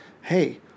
hey